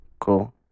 Cool